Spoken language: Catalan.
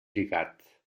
lligat